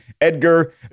Edgar